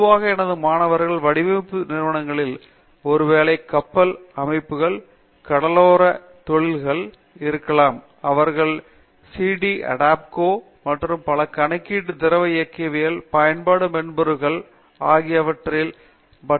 பொதுவாக எனது மாணவர்கள் வடிவமைப்பு நிறுவனங்களில் ஒருவேளை கப்பல் கட்டுப்பாட்டு அமைப்புகளில் கடலோரத் தொழிளில்களில் இருக்கலாம் அவர்கள் சி டி அடாப்க்கோ மற்றும் பல கணக்கீட்டு திரவ இயக்கவியல் பயன்பாடு மென்பொருள் மேம்பாட்டு நிறுவனங்களில் சேரலாம்